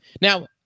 Now